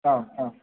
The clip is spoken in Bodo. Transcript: औ औ